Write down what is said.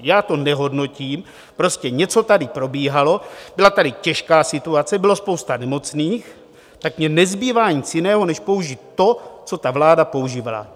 Já to nehodnotím, prostě něco tady probíhalo, byla tady těžká situace, byla spousta nemocných, tak mně nezbývá nic jiného než použít to, co ta vláda používala.